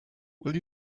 will